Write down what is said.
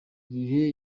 gihe